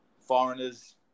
foreigners